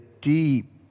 deep